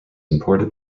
imported